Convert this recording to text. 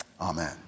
Amen